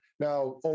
Now